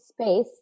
Space